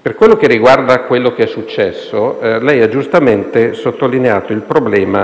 Per quanto riguarda quello che è successo, l'interrogante ha giustamente sottolineato il problema delle trincee drenanti. Fino a due anni fa il